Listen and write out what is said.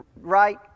right